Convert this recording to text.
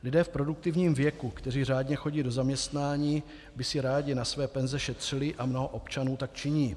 Lidé v produktivním věku, kteří řádně chodí do zaměstnání, by si rádi na své penze šetřili a mnoho občanů tak činí.